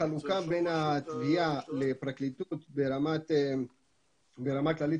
החלוקה בין התביעה לפרקליטות ברמה כללית,